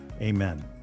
amen